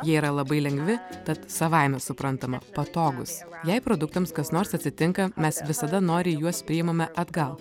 jie yra labai lengvi tad savaime suprantama patogūs jei produktams kas nors atsitinka mes visada noriai juos priimame atgal